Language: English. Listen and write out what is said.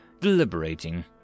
deliberating